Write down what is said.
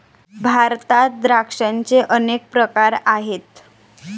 भारतात द्राक्षांचे अनेक प्रकार आहेत